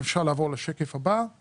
אנחנו